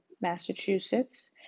Massachusetts